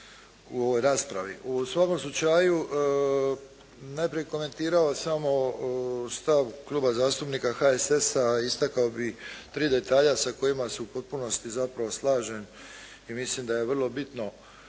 U svakom slučaju najprije bih komentirao samo stav Kluba zastupnika HSS-a, istako bih tri detalja sa kojima se u potpunosti zapravo slažem i mislim da je vrlo bitno